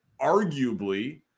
arguably